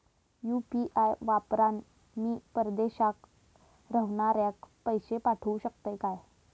UPI वापरान मी परदेशाक रव्हनाऱ्याक पैशे पाठवु शकतय काय?